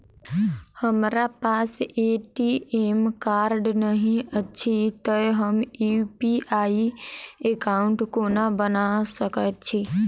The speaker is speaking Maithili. हमरा पास ए.टी.एम कार्ड नहि अछि तए हम यु.पी.आई एकॉउन्ट कोना बना सकैत छी